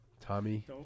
Tommy